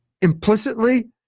implicitly